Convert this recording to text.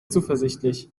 zuversichtlich